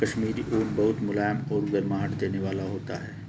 कश्मीरी ऊन बहुत मुलायम और गर्माहट देने वाला होता है